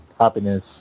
happiness